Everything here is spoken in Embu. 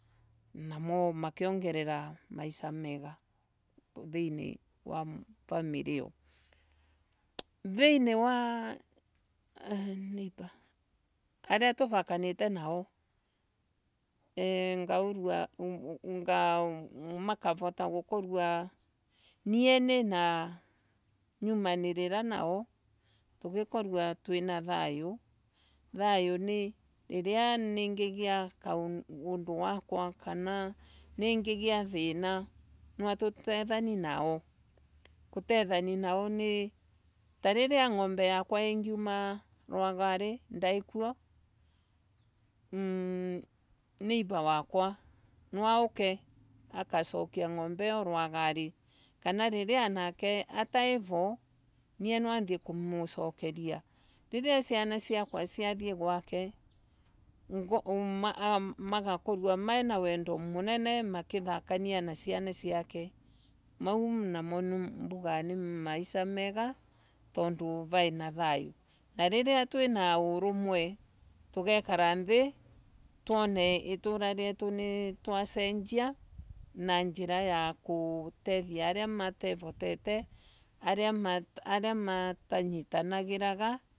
Namo makiongerera maisha mega thiini wa famiri iyo, thiini waa Neighour Aria tuvakanite nao eeh ngaurua, makavota gukoroa nie nina nyumanirira nao. tugikorwa twina thayo. thayo ni riria ningigia kaundu gakwa kuna ningigia thina nwa tutethanie nao gutethania nao ni tariria ngombe yakwa ingiuma rwagari ndaikuo, neighbour wakwa nwauke agacokia ngombe io rwagari Kana anake riria ataivo naniee nwathiie kumusokeria. Riria siana siakwa siathii gwake magakorua mina wendo munene makithania na siana siake mau namo mbugaga ni maisa mega tondu vai na thayo. Na riria twina urumwe. tugekara thii twone itura rieto niriasenjia na njira ya gutehtia aria matevotete, aria matanyitanagiraga namo makiongerera maisha mega thiini waaa family hio.